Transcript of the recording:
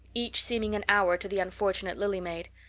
each seeming an hour to the unfortunate lily maid.